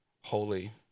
holy